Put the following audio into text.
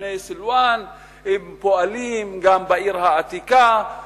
לפני סילואן הם פועלים גם בעיר העתיקה,